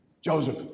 Joseph